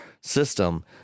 system